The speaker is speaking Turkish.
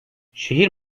şehir